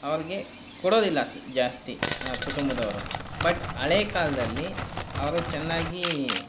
ಅವರಿಗೆ ಕೊಡೋದಿಲ್ಲ ಜಾಸ್ತಿ ಕುಟುಂಬದವರು ಬಟ್ ಹಳೆ ಕಾಲದಲ್ಲಿ ಅವರು ಚೆನ್ನಾಗಿ